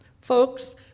folks